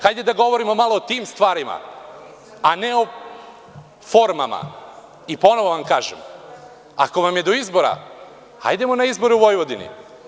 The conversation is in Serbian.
Hajde da govorimo malo o tim stvarima, a ne o formama i ponovo vam kažem, ako vam je do izbora hajdemo na izbore u Vojvodini.